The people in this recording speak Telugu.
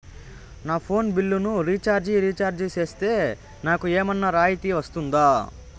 నా ఫోను బిల్లును రీచార్జి రీఛార్జి సేస్తే, నాకు ఏమన్నా రాయితీ వస్తుందా?